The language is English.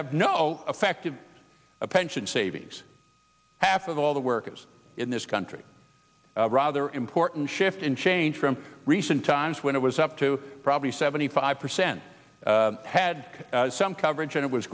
have no effect of a pension savings half of all the workers in this country rather important shift in change from recent times when it was up to probably seventy five percent had some coverage and it was